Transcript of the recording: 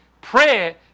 prayer